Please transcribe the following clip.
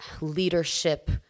leadership